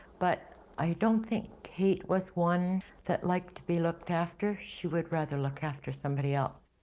but i don't think kate was one that liked to be looked after. she would rather look after somebody else.